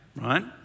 Right